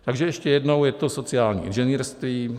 Takže ještě jednou, je to sociální inženýrství.